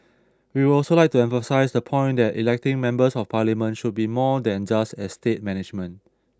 we would also like to emphasise the point that electing Members of Parliament should be more than just estate management